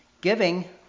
Giving